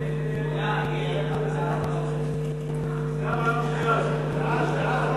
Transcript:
הצעת סיעת מרצ להביע אי-אמון בממשלה